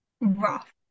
rough